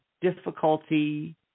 difficulty